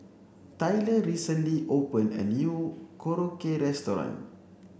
Tylor recently opened a new Korokke restaurant